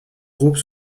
groupe